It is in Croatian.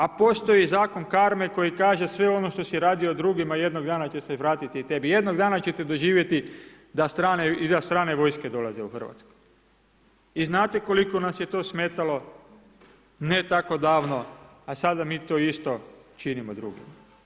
A postoji zakon karme koji kaže „sve ono što si radio drugima, jednog dana će se vratiti i tebi“, jednog dana ćete doživjeti da strane vojske dolaze u Hrvatsku i znate koliko nas je to smetalo ne tako davno, a sad mi to isto činimo drugima.